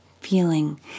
feeling